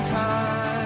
time